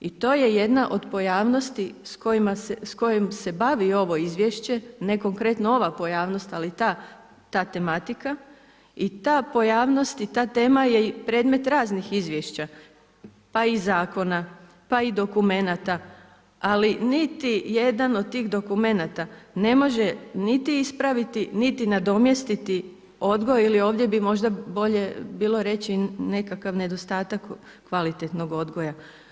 I to je jedna od pojavnosti s kojom se bavi ovo izvješće, ne konkretno ova pojavnost, ali ta tematika i ta pojavnost i ta tema je predmet raznih izvješća pa i zakona, pa i dokumenata, ali niti jedan od tih dokumenata ne može niti ispraviti, niti nadomjestiti odgoj ili ovdje bi možda bolje bilo reći nekakav nedostatak kvalitetnog odgoja.